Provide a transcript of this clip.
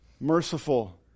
merciful